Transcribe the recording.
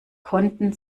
konnten